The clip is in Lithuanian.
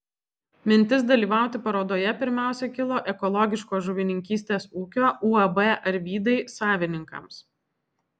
mintis dalyvauti parodoje pirmiausia kilo ekologiškos žuvininkystės ūkio uab arvydai savininkams